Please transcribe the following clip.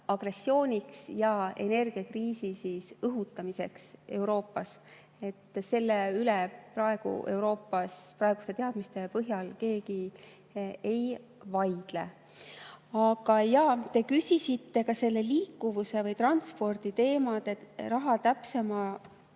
agressiooniks ja energiakriisi õhutamiseks Euroopas. Selle üle Euroopas praeguste teadmiste põhjal keegi ei vaidle. Aga jaa, te küsisite ka selle liikuvuse või transpordi teemal raha täpsema